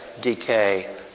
decay